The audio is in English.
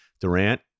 Durant